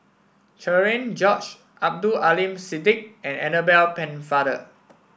Cherian George Abdul Aleem Siddique and Annabel Pennefather